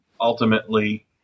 ultimately